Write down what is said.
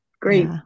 great